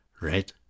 Red